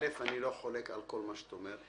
א', אני לא חולק על כל מה שאת אומרת.